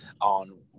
on